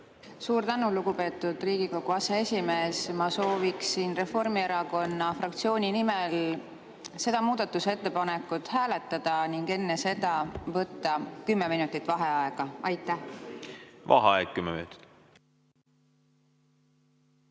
Suur tänu, lugupeetud Riigikogu aseesimees! Ma sooviksin Reformierakonna fraktsiooni nimel seda muudatusettepanekut hääletada ning enne seda võtta kümme minutit vaheaega. Vaheaeg kümme minutit.V